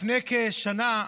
לפני כשנה,